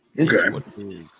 Okay